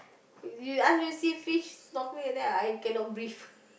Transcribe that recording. you ask me see fish snorkelling and then I cannot breathe